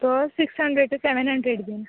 तो six hundred seven hundred बी